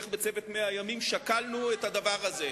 איך בצוות 100 הימים שקלנו את הדבר הזה.